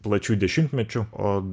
plačių dešimtmečių o